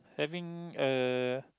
having uh